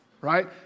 right